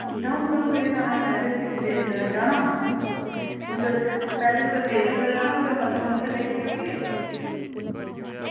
दं'ऊ त्रं'ऊ जगहें दे जाना पैह्लें देवतें दे जाना पैह्लें कुदै देवतें दे जाना कुदै मत्था टेकी औगे